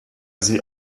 sie